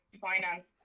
finance